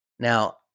Now